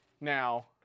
now